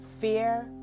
Fear